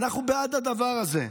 אנחנו בעד הדבר הזה.